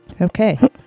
Okay